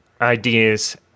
ideas